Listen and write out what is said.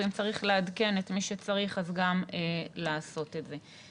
ואם צריך לעדכן את מי שצריך אז גם לעשות את זה.